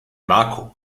marco